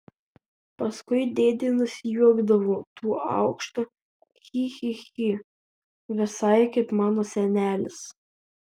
paskui dėdė nusijuokdavo tuo aukštu chi chi chi visai kaip mano senelis